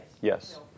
Yes